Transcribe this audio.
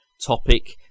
topic